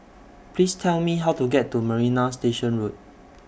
Please Tell Me How to get to Marina Station Road